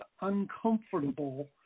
uncomfortable